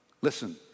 Listen